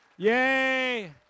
Yay